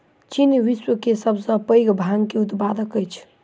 चीन विश्व के सब सॅ पैघ भांग के उत्पादक अछि